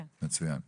מצוין.